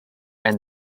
and